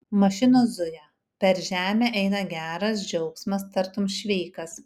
mašinos zuja per žemę eina geras džiaugsmas tartum šveikas